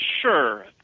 Sure